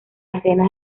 escenas